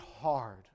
hard